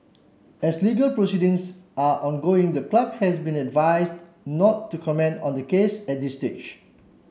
as legal proceedings are ongoing the club has been advised not to comment on the case at this stage